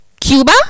Cuba